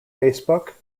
facebook